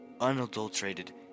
unadulterated